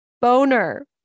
Boner